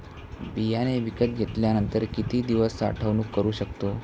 बियाणे विकत घेतल्यानंतर किती दिवस साठवणूक करू शकतो?